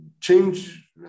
Change